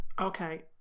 Okay